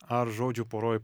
ar žodžių poroj